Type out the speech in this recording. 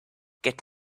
get